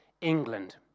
England